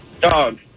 Dog